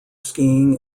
skiing